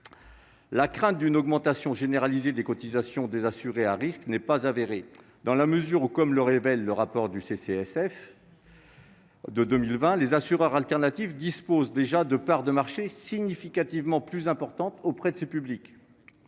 La crainte d'une augmentation généralisée des cotisations des assurés à risques n'est pas avérée, dans la mesure où, comme le relève le rapport du CCSF de 2020, les assureurs alternatifs disposent déjà de parts de marché significativement plus importantes auprès de ces publics.